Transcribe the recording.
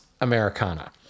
americana